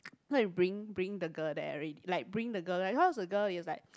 then after that bring bring the girl there already like bring the girl there cause the girl is like